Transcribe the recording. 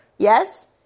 Yes